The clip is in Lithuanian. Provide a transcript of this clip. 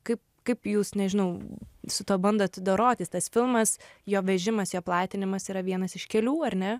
kaip kaip jūs nežinau su tuo bandot dorotis tas filmas jo vežimas jo platinimas yra vienas iš kelių ar ne